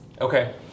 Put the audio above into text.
Okay